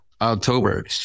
October